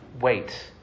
Wait